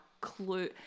clue